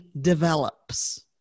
develops